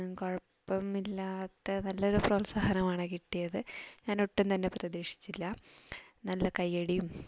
കുഴപ്പമില്ലാത്ത നല്ലൊരു പ്രോത്സാഹനമാണ് കിട്ടിയത് ഞാൻ ഒട്ടും തന്നെ പ്രതീക്ഷിച്ചില്ല നല്ല കയ്യടിയും